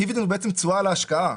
הדיבידנד הוא תשואה על ההשקעה.